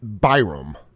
Byram